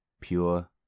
pure